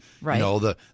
Right